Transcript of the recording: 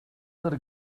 нар